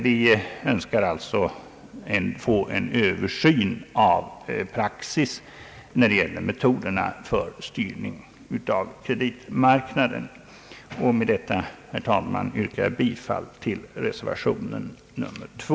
Vi önskar alltså få till stånd en översyn av praxis när det gäller metoderna för styrning av kreditmarknaden. Med detta, herr talman, yrkar jag bifall till reservation 2.